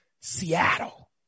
Seattle